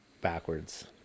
backwards